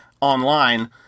online